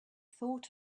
thought